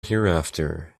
hereafter